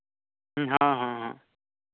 ᱦᱮᱸ ᱦᱮᱸ